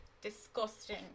Disgusting